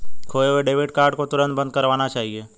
खोये हुए debit card को तुरंत बंद करवाना चाहिए